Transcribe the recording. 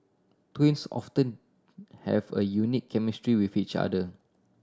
twins often have a unique chemistry with each other